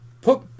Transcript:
put